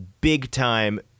big-time